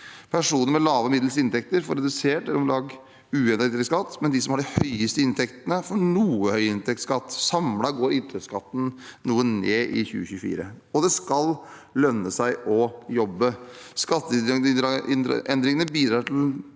Personer med lave og middels inntekter får redusert eller om lag uendret inntektsskatt, men de som har de høyeste inntektene, får noe høyere inntektsskatt. Samlet går inntektsskatten noe ned i 2024, og det skal lønne seg å jobbe. Skatteendringene bidrar til